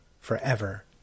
forever